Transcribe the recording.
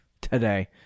today